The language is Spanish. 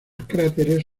cráteres